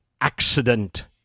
accident